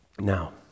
Now